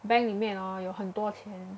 bank 里面 hor 有很多钱